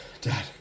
Dad